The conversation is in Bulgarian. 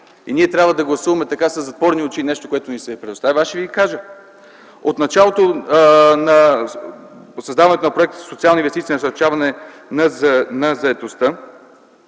и ние трябва да гласуваме – така, със затворени очи, нещо, което ни се предоставя, аз ще ви кажа. От началото на създаването на Проекта за социални инвестиции и насърчаване на заетостта